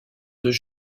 deux